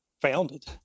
founded